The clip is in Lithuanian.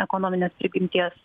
ekonominės prigimties